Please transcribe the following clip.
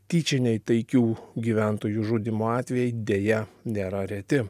tyčiniai taikių gyventojų žudymo atvejai deja nėra reti